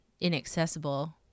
inaccessible